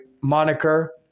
moniker